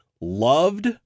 loved